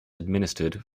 administered